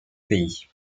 pays